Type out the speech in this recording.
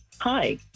Hi